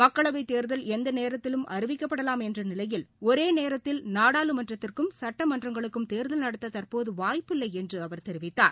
மக்களவைத் தேர்தல் எந்தநேரத்திலும் அறிவிக்கப்படலாம் என்றநிலையில் ஒரேநேரத்தில் நாடாளுமன்றத்துக்கும் சட்டமன்றங்களுக்கும் தேர்தல் நடத்ததற்போதுவாய்ப்பு இல்லைஎன்றுஅவர் தெரிவித்தார்